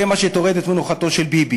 זה מה שטורד את מנוחתו של ביבי.